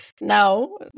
no